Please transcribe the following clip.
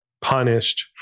punished